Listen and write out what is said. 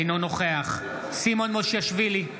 אינו נוכח סימון מושיאשוילי,